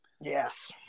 Yes